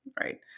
right